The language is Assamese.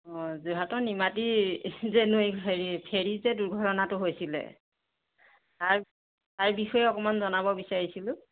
অ যোৰহাটৰ নিমাতী হেৰি ফেৰী যে দুৰ্ঘটনাটো হৈছিলে তাৰ তাৰ বিষয়ে অকণমান জনাব বিচাৰিছিলোঁ